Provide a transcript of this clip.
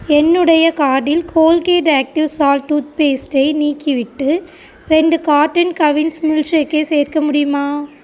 என்னுடைய கார்ட்டில் Colgate active salt tooth பேஸ்ட்டை நீக்கிவிட்டு ரெண்டு கார்ட்டன் கவின்ஸ் மில்க் ஷேக்கை சேர்க்க முடியுமா